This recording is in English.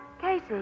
Casey